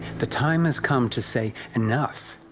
the time has come to say enough.